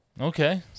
Okay